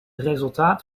resultaat